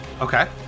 Okay